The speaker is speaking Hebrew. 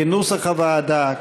כנוסח הוועדה,